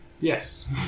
Yes